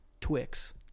Twix